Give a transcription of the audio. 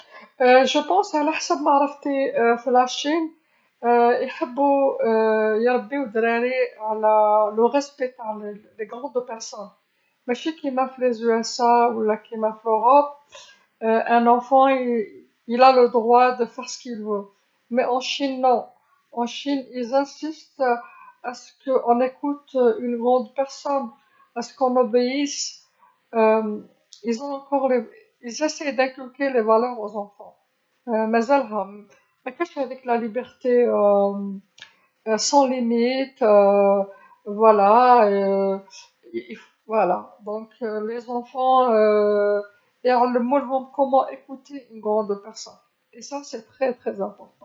أعتقد على حساب معرفتي في الصين يحبو يربيو دراري على احترام الأشخاص الكبار، مشي كيما في الولايات المتحدة الأمريكية ولا كيما في أوروبا، طفل له الحق في فعل مايريد، لكن في الصين لا، في الصين يلحون هل نستمع إلى شخص كبير، لازال لديهم، يحاولون تعليم القيم للأطفال، مزالها، ماكانش هاديك الحرية بدون حدود، هكذا، هكذا، إذن الأطفال يعلموهم كيف يستمعون لكبير السن وهذا مهم جدا جدا.